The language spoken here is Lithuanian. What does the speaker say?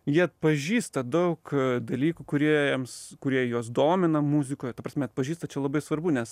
jie atpažįsta daug dalykų kurie jiems kurie juos domina muzikoj ta prasme atpažįsta čia labai svarbu nes